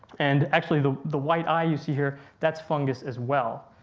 and actually the the white eye you see here, that's fungus as well.